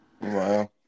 Wow